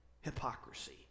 hypocrisy